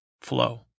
flow